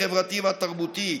החברתי והתרבותי."